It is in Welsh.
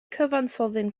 cyfansoddyn